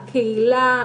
הקהילה,